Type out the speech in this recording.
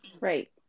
Right